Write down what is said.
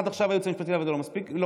עד עכשיו הייעוץ המשפטי לוועדה לא מסכים,